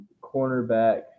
cornerback